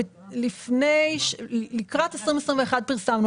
לקראת 2021 פרסמנו.